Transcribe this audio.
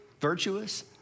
virtuous